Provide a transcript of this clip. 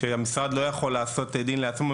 והמשרד לא יכול לעשות דין לעצמו.